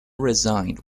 resigned